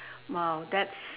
!wow! that's